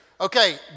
Okay